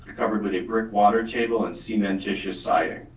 covered with a brick water table and cementitious siding.